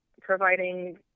providing